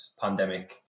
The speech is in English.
pandemic